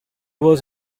was